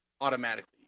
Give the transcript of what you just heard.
automatically